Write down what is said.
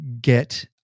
get